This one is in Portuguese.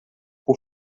por